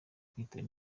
kwitaba